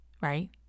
right